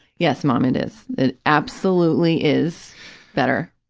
yes, mom, it is, it absolutely is better.